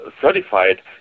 certified